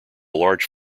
large